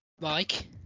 Mike